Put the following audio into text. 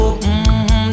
mmm